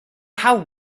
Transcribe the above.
how